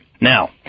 Now